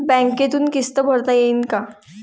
बँकेतून किस्त भरता येईन का?